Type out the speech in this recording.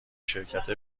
شرکت